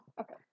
Okay